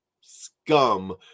scum